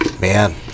Man